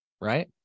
Right